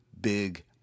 big